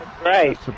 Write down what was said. Right